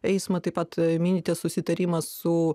eismą taip pat minite susitarimą su